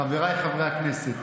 חבריי חברי הכנסת,